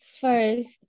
First